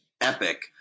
epic